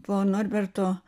po norberto